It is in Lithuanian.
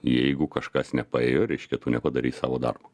jeigu kažkas nepaėjo reiškia tu nepadarei savo darbo